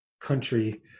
country